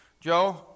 Joe